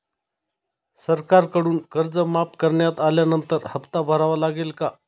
सरकारकडून कर्ज माफ करण्यात आल्यानंतर हप्ता भरावा लागेल का?